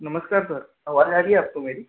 नमस्कार सर आवाज आ रही है आपको मेरी